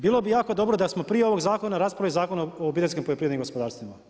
Bilo bi jako dobro, da smo prije ovog zakona raspravljali o Zakonu o obiteljskim poljoprivrednim gospodarstvima.